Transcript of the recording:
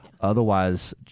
Otherwise